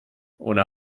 ohne